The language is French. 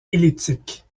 elliptique